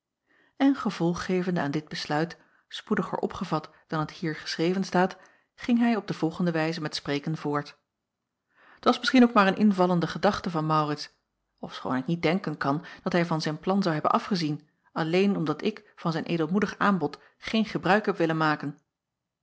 n gevolg gevende aan dit besluit spoediger opgevat dan het hier geschreven staat ging hij op de volgende wijze met spreken voort acob van ennep laasje evenster delen t as misschien ook maar een invallende gedachte van aurits ofschoon ik niet denken kan dat hij van zijn plan zou hebben afgezien alleen omdat ik van zijn edelmoedig aanbod geen gebruik heb willen maken